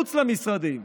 שמחוץ למשרדים